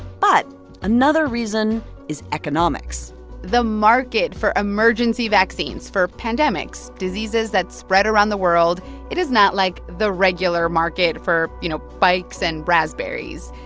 but another reason is economics the market for emergency vaccines for pandemics, diseases that spread around the world it is not like the regular market for, you know, bikes and raspberries.